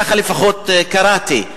ככה לפחות קראתי.